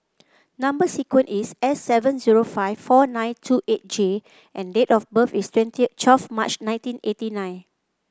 number sequence is S seven zero five four nine two eight J and date of birth is twenty March nineteen eighty nine